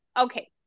Okay